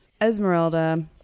Esmeralda